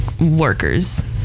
workers